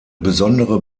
besondere